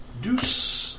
Deuce